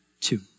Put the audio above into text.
two